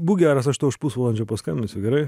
būk geras aš tau už pusvalandžio paskambinsiu gerai